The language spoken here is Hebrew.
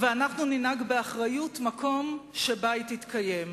ואנחנו ננהג באחריות, מקום שבו היא תתקיים.